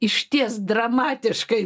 išties dramatiškai